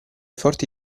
forti